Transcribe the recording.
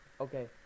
okay